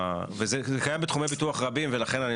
וזה קיים בתחומי ביטוח רבים ולכן אני